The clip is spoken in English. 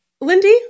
Lindy